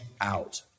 out